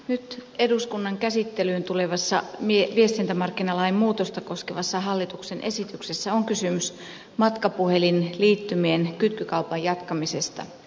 nyt eduskunnan käsittelyyn tulevassa viestintämarkkinalain muutosta koskevassa hallituksen esityksessä on kysymys matkapuhelinliittymien kytkykaupan jatkamisesta